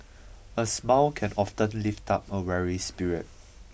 a smoke can often lift up a weary spirit